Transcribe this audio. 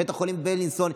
בית החולים בילינסון,